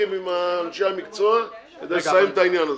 הכנסת עם אנשי המקצוע כדי לסיים את העניין הזה.